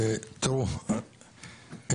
תראו,